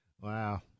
Wow